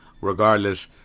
Regardless